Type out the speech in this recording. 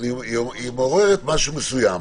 מעוררת משהו מסוים.